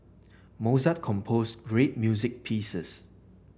Mozart composed great music pieces